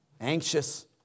Anxious